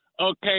okay